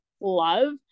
love